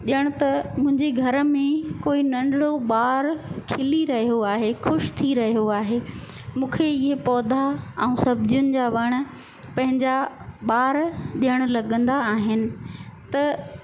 ॾियण त मुंहिंजी घर में कोई नंढिड़ो ॿार खिली रहियो आहे ख़ुशि थी रहियो आहे मूंखे इहे पौधा ऐं सब्जियुनि जा वण पंहिंजा ॿार ॾियणु लॻंदा आहिनि त